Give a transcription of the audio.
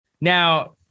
Now